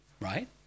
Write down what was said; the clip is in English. right